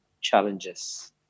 challenges